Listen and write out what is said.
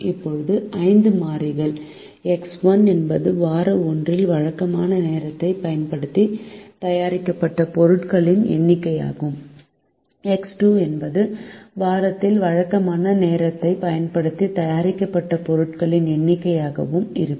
இப்போது 5 மாறிகள் எக்ஸ் 1 என்பது வார 1 இல் வழக்கமான நேரத்தைப் பயன்படுத்தி தயாரிக்கப்பட்ட பொருட்களின் எண்ணிக்கையாகவும் எக்ஸ் 2 என்பது வாரத்தில் வழக்கமான நேரத்தைப் பயன்படுத்தி தயாரிக்கப்பட்ட பொருட்களின் எண்ணிக்கையாகவும் இருக்கும்